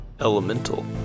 elemental